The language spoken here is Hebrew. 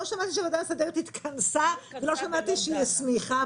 לא שמעתי שהוועדה המסדרת התכנסה ולא שמעתי שהיא הסמיכה,